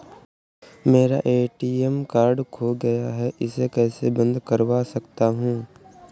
मेरा ATM card खो गया है मैं इसे कैसे बंद करवा सकता हूँ?